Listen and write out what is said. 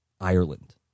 Ireland